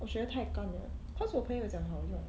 我觉得太干 liao because 我朋友讲好用